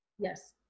Yes